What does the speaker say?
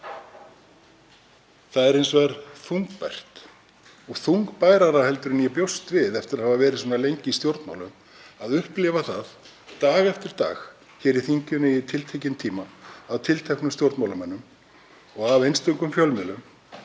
Það er hins vegar þungbært og þungbærara en ég bjóst við, eftir að hafa verið svona lengi í stjórnmálum, að upplifa það dag eftir dag hér í þinginu í tiltekinn tíma af tilteknum stjórnmálamönnum og af einstökum fjölmiðlum